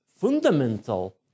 fundamental